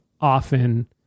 often